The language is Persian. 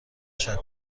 تشکر